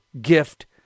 gift